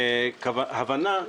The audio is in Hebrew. רצופה ומכוונת של הזנחה.